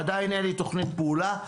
עדיין אין לי תוכנית פעולה,